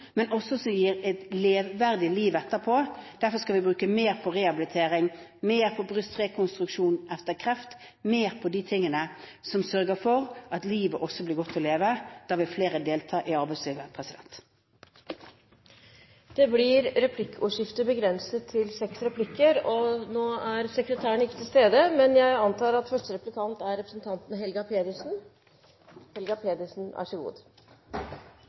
men som også gir et leveverdig liv etterpå. Derfor skal vi bruke mer på rehabilitering, mer på brystrekonstruksjon etter kreft, mer på de tingene som sørger for at livet også blir godt å leve. Da vil flere delta i arbeidslivet. Det blir replikkordskifte. Av innlegget til Erna Solberg kunne man få inntrykk av at det er velferden som er den store satsingen i Høyres alternative budsjett. Det er det ikke, det er skattekutt som er den største satsingen til